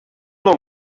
not